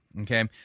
okay—